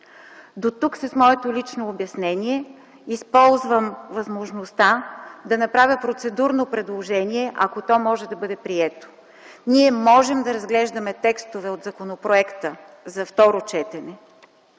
Дотук с моето лично обяснение. Използвам възможността да направя процедурно предложение, ако то може да бъде прието. Ние можем да разглеждаме текстове от законопроекта за второ четене,